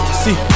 see